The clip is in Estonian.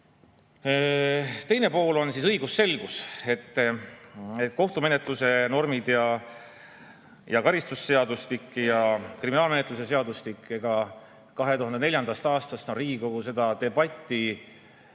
Teine pool on õigusselgus, kohtumenetluse normid, karistusseadustik ja kriminaalmenetluse seadustik. 2004. aastast on Riigikogu seda debatti